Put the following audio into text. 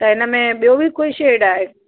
त हिन में ॿियो बि कोई शेड आहे